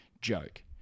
joke